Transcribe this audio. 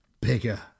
Bigger